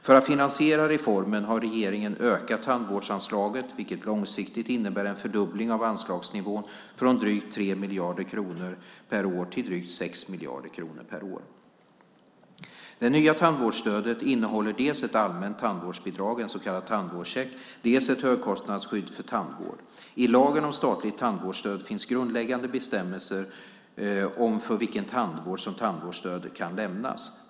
För att finansiera reformen har regeringen ökat tandvårdsanslaget, vilket långsiktigt innebär en fördubbling av anslagsnivån från drygt 3 miljarder kronor per år till drygt 6 miljarder kronor per år. Det nya tandvårdsstödet innehåller dels ett allmänt tandvårdsbidrag, en så kallad tandvårdscheck, dels ett högkostnadsskydd för tandvård. I lagen om statligt tandvårdsstöd finns grundläggande bestämmelser om för vilken tandvård som tandvårdsstöd kan lämnas.